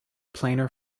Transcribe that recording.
planar